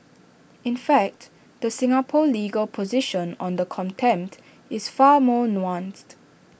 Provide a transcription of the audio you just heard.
in fact the Singapore legal position on the contempt is far more nuanced